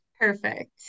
Perfect